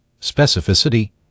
specificity